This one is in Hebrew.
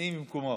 אני במקומו.